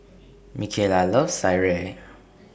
Micayla loves Sireh